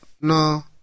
no